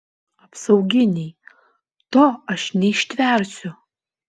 apsauginiai to aš neištversiu